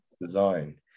design